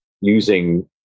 using